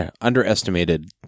underestimated